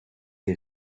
les